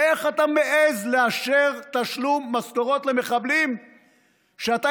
איך אתה מעז לאשר תשלום משכורות למחבלים כשאתה